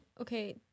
okay